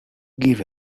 give